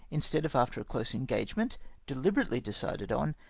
instead of after a close engage ment, dehberately decided on,